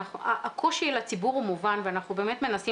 הקושי לציבור הוא מובן ואנחנו באמת מנסים